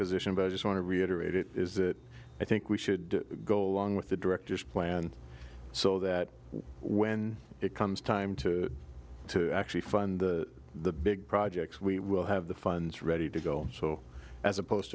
position but i just want to reiterate it is that i think we should go along with the director's plan so that when it comes time to to actually find the big projects we will have the funds ready to go so as opposed